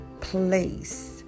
place